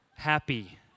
happy